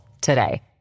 today